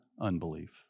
unbelief